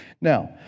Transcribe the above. Now